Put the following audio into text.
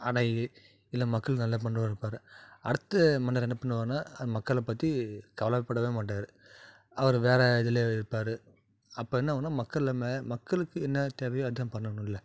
அணை இல்லை மக்களுக்கு நல்லது பண்ணுறவர் இருப்பார் அடுத்த மன்னர் என்ன பண்ணுவாருன்னா மக்களை பற்றி கவலைப்படவே மாட்டார் அவர் வேறு இதில் இருப்பார் அப்போ என்ன ஆகுன்னா மக்கள் எல்லாம் மக்களுக்கு என்ன தேவையோ அதை பண்ணணும்ல